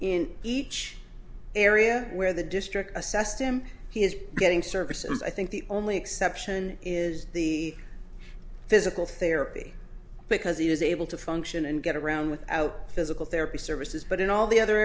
in each area where the district assessed him he is getting services i think the only exception is the physical therapy because he was able to function and get around without physical therapy services but in all the other